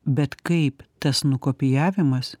bet kaip tas nukopijavimas